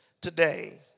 today